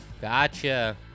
Gotcha